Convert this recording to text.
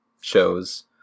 shows